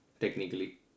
technically